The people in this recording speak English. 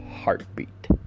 heartbeat